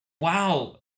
Wow